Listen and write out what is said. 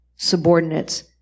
subordinates